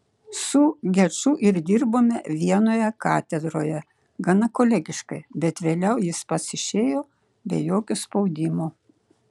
su geču ir dirbome vienoje katedroje gana kolegiškai bet vėliau jis pats išėjo be jokio spaudimo